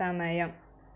സമയം